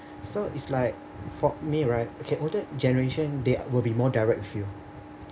so is like for me right okay older generation they will be more direct with you